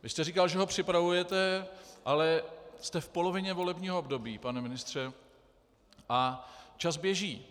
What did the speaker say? Vy jste říkal, že ho připravujete, ale jste v polovině volebního období, pane ministře, a čas běží.